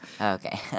okay